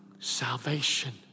salvation